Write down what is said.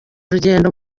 urugendo